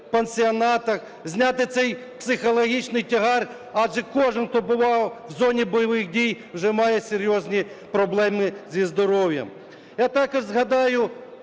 пансіонатах, зняти цей психологічний тягар, адже кожен, хто побував в зоні бойових дій, вже має серйозні проблеми зі здоров'ям.